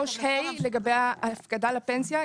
3(ה) לגבי ההפקדה לפנסיה,